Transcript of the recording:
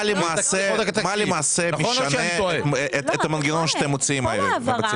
מה למעשה משנה את המנגנון שאתם מציעים היום?